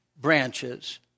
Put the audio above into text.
branches